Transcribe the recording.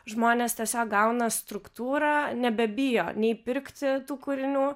žmonės tiesiog gauna struktūrą nebebijo nei pirkti tų kūrinių